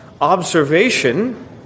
observation